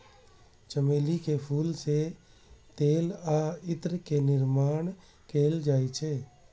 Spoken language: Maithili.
चमेली के फूल सं तेल आ इत्र के निर्माण कैल जाइ छै